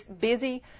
busy